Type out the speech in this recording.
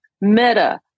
Meta